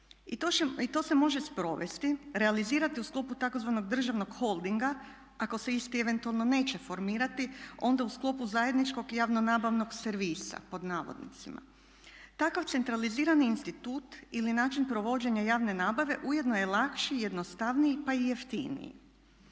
I to se može sprovesti, realizirati u sklopu tzv. državnog holdinga ako se isti eventualno neće formirati onda u sklopu zajedničkog i javno nabavnog servisa pod navodnicima. Takav centralizirani institut ili način provođenja javne nabave ujedno je lakši i jednostavniji pa i jeftiniji.